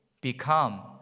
become